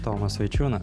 tomas vaičiūnas